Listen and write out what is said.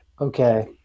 okay